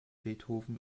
beethoven